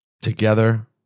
together